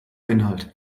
inhalt